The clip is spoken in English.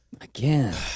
Again